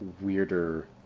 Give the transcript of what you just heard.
weirder